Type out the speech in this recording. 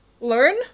learn